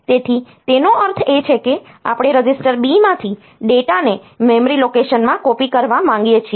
તેથી તેનો અર્થ એ છે કે આપણે રજિસ્ટર B માંથી ડેટાને મેમરી લોકેશનમાં કોપી કરવા માંગીએ છીએ